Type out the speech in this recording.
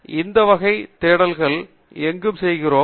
இந்த வகை தேடல்களை எங்கும் செய்கிறோம்